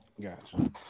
gotcha